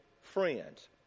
friends